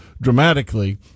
dramatically